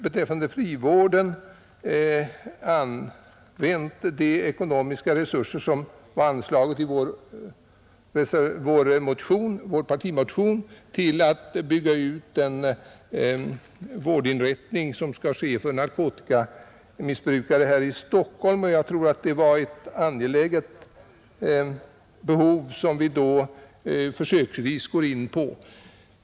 Beträffande frivården har vi o vår partimotion använt de ekonomiska resurser som där är angivna till att bygga ut en vårdinrättning för narkotikamissbrukare här i Stockholm. Det är ett angeläget behov som vi på detta sätt försöker tillfredsställa.